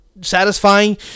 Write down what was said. satisfying